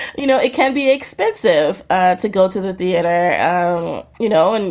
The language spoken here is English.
you know, it can be expensive ah to go to the theater, you know, and